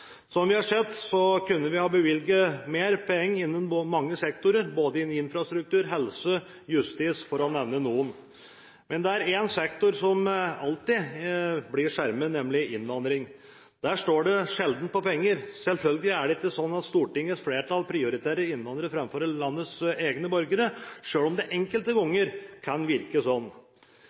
Som vi har sett, kunne vi ha bevilget mer penger innen mange sektorer, innen både infrastruktur, helsesektoren og justissektoren, for å nevne noen. Men det er én sektor som alltid blir skjermet, nemlig innvandring. Der står det sjelden på penger. Selvfølgelig er det ikke sånn at Stortingets flertall prioriterer innvandrere framfor landets egne borgere, selv om det enkelte ganger kan virke sånn.